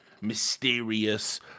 mysterious